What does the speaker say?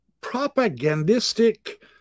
propagandistic